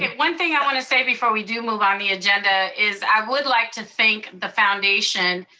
one thing i wanna say before we do move on the agenda, is i would like to thank the foundation.